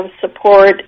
support